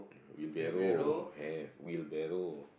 wheelbarrow have wheelbarrow